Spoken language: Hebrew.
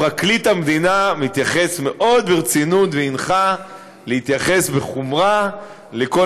פרקליט המדינה מתייחס מאוד ברצינות והנחה להתייחס בחומרה לכל